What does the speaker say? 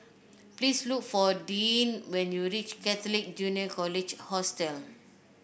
please look for Deeann when you reach Catholic Junior College Hostel